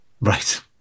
Right